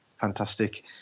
fantastic